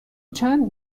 چند